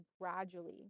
gradually